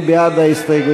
מי בעד ההסתייגויות?